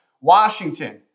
Washington